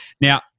Now